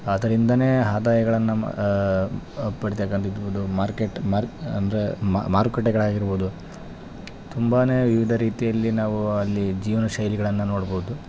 ಅದರಿಂದಲೇ ಆದಾಯಗಳನ್ನ ಮ ಪಡಿತಕ್ಕಂಥ ಮಾರ್ಕೆಟ್ ಮಾರ್ ಅಂದರೆ ಮಾರುಕಟ್ಟೆಗಳಾಗಿರ್ಬೋದು ತುಂಬಾ ವಿವಿಧ ರೀತಿಯಲ್ಲಿ ನಾವು ಅಲ್ಲಿ ಜೀವನ ಶೈಲಿಗಳನ್ನು ನೋಡ್ಬೌದು